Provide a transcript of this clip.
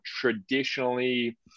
traditionally